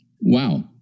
Wow